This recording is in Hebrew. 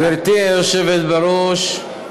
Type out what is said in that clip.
גברתי היושבת בראש,